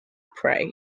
prey